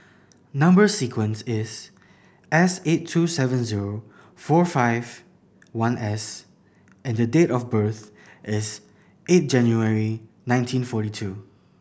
number sequence is S eight two seven zero four five one S and date of birth is eight January nineteen forty two